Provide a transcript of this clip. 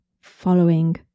following